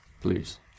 Please